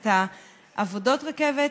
את עבודות הרכבת.